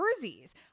jerseys